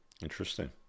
Interesting